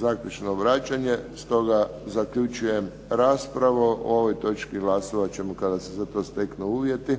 zaključno vraćanje. Stoga zaključujem raspravu. O ovoj točki glasovat ćemo kada se za to steknu uvjeti.